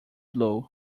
blue